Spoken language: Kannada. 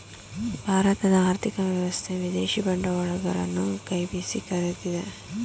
ಭಾರತದ ಆರ್ಥಿಕ ವ್ಯವಸ್ಥೆ ವಿದೇಶಿ ಬಂಡವಾಳಗರರನ್ನು ಕೈ ಬೀಸಿ ಕರಿತಿದೆ